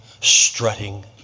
strutting